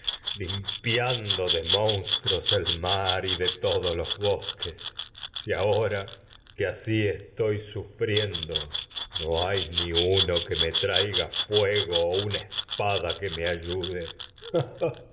limpiando si de monstruos y todos los bos ahora que así estoy sufriendo no hay ni uno lá traquinias íjúe me traiga fuego o una espada que me ayude